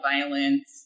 violence